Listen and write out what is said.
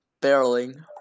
barreling